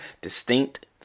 distinct